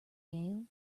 gale